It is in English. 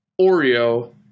Oreo